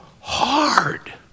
hard